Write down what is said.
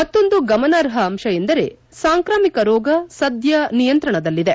ಮತ್ತೊಂದು ಗಮನಾರ್ಹ ಅಂಶ ಎಂದರೆ ಸಾಂಕ್ರಾಮಿಕ ರೋಗ ಸದ್ಯ ನಿಯಂತ್ರಣದಲ್ಲಿದೆ